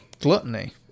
gluttony